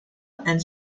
and